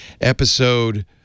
Episode